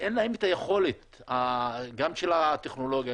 ואין להן את היכולת גם של הטכנולוגיה,